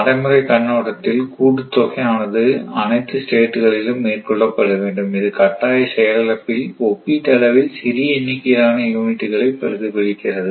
நடைமுறைக் கண்ணோட்டத்தில் கூட்டுத்தொகை அனைத்து ஸ்டேட் களிலும் மேற்கொள்ளப்பட வேண்டும் இது கட்டாய செயலிழப்பில் ஒப்பீட்டளவில் சிறிய எண்ணிக்கையிலான யூனிட் களை பிரதிபலிக்கிறது